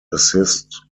assist